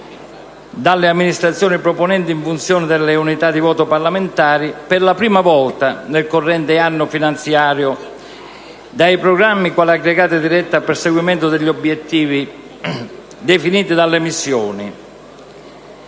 dalle amministrazioni proponenti in funzione delle unità di voto parlamentare costituita - per la prima volta nel corrente anno finanziario - dai programmi, quali aggregati diretti al perseguimento degli obiettivi definiti dalle missioni.